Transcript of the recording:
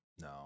No